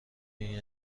این